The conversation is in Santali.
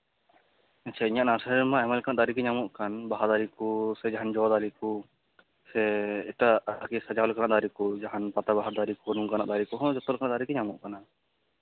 ᱟᱪᱪᱷᱟ ᱤᱧᱟᱹᱜ ᱱᱟᱨᱥᱟᱨᱤ ᱨᱮᱢᱟ ᱟᱭᱢᱟ ᱞᱮᱠᱟᱱᱟᱜ ᱫᱟᱨᱮᱜᱮ ᱧᱟᱢᱚᱜ ᱠᱟᱱ ᱵᱟᱦᱟ ᱫᱟᱨᱮ ᱠᱚ ᱥᱮ ᱡᱟᱦᱟᱱ ᱡᱚ ᱫᱟᱨᱮ ᱠᱚ ᱥᱮ ᱮᱴᱟᱜ ᱵᱷᱟᱜᱤ ᱥᱟᱡᱟᱣ ᱞᱮᱠᱟᱱᱟᱜ ᱫᱟᱨᱮ ᱠᱚ ᱡᱟᱦᱟᱱ ᱯᱟᱛᱟ ᱵᱟᱦᱟ ᱫᱟᱨᱮ ᱠᱚ ᱱᱝᱠᱟᱱᱟᱜ ᱫᱟᱨᱮ ᱠᱚᱦᱚᱸ ᱡᱚᱛᱚ ᱞᱮᱠᱟᱱᱟᱜ ᱫᱟᱨᱮ ᱠᱚᱜᱮ ᱧᱟᱢᱚᱜ ᱠᱟᱱᱟ